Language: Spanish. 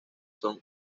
son